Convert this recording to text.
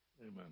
Amen